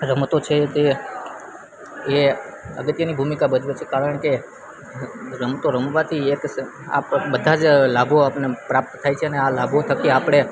રમતો છે તે એ અગત્યની ભૂમિકા ભજવે છે કારણ કે રમતો રમવાથી એક બધા જ લાભો આપણે પ્રાપ્ત થાય છે અને આ લાભો થકી આપણે